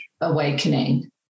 awakening